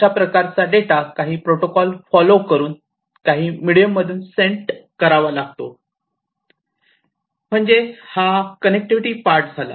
अशा प्रकारचा डेटा काही प्रोटोकॉल फॉलो करून काही मिडीयम मधून सेंट करावा लागतो म्हणजे हा कनेक्टिविटी पार्ट झाला